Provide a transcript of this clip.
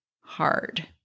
hard